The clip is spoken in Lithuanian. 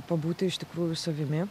pabūti iš tikrųjų savimi